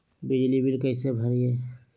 बिजली बिल कैसे भरिए?